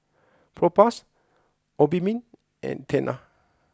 Propass Obimin and Tena